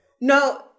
No